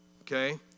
okay